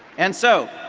and so,